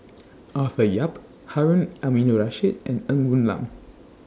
Arthur Yap Harun Aminurrashid and Ng Woon Lam